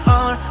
on